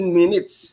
minutes